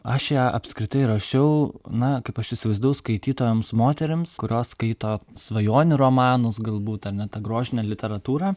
aš ją apskritai rašiau na kaip aš įsivaizdavau skaitytojams moterims kurios skaito svajonių romanus galbūt ar ne tą grožinę literatūrą